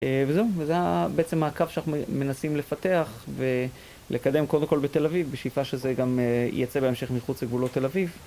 וזהו, וזה בעצם מעקב שאנחנו מנסים לפתח ולקדם קודם כל בתל אביב, בשאיפה שזה גם ייצא בהמשך מחוץ לגבולות תל אביב